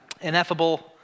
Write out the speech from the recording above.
ineffable